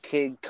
Kid